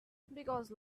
because